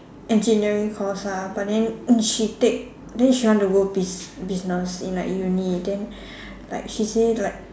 engineering course ah but then in she take then she want to go biz business in like uni then like she say like